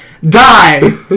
Die